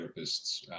therapists